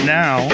now